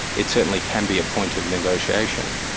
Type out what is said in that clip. it certainly can be a point of negotiation,